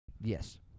Yes